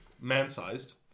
man-sized